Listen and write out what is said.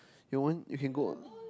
you want you can go on